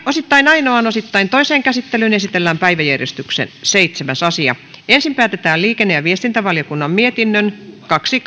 osittain ainoaan osittain toiseen käsittelyyn esitellään päiväjärjestyksen seitsemäs asia ensin päätetään liikenne ja viestintävaliokunnan mietinnön kaksi